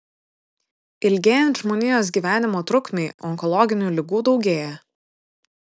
ilgėjant žmonijos gyvenimo trukmei onkologinių ligų daugėja